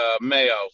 mayo